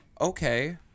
Okay